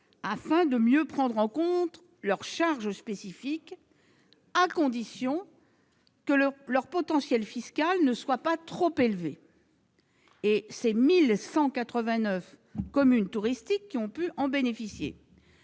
afin de mieux prendre en compte leurs charges spécifiques, à condition que leur potentiel fiscal ne soit pas trop élevé. Au total, 1 189 communes touristiques ont pu en bénéficier.